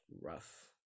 Rough